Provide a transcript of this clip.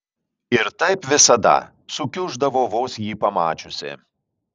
ir taip visada sukiuždavo vos jį pamačiusi